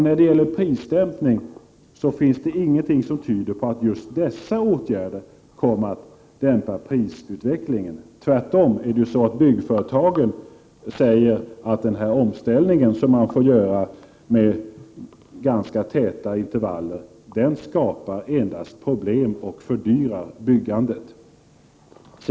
När det gäller prisdämpningen finns det ingenting som tyder på att just dessa åtgärder kommer att dämpa priserna. Tvärtom säger man från byggföretagen att den omställning som man får göra med ganska täta intervaller endast skapar problem och fördyrar byggandet.